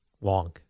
Long